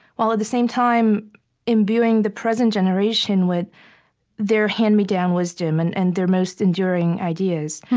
while at the same time imbuing the present generation with their hand-me-down wisdom and and their most enduring ideas.